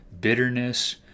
bitterness